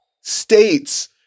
States